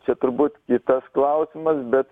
čia turbūt kitas klausimas bet